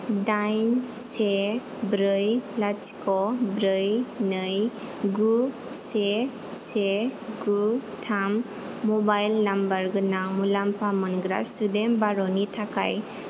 दाइन से ब्रै लाथिख' ब्रै नै गु से से गु थाम म'बाइल नाम्बार गोनां मुलाम्फा मोनग्रा सुदेम बर'नि थाखाय